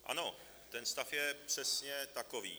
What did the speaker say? Ano, ten stav je přesně takový.